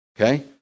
Okay